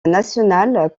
national